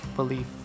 belief